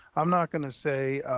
i'm not gonna say,